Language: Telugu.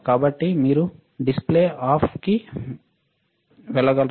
కాబట్టి మీరు డిస్ప్లే ఆఫ్ కి వెళ్ళగలరా